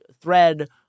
thread